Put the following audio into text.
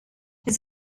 his